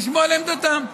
לשמוע לעמדתם.